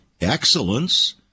excellence